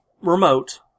remote